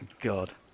God